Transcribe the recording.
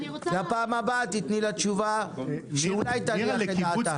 בפעם הבאה תעני לה תשובה שאולי תניח את דעתה.